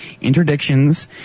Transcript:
interdictions